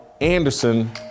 Anderson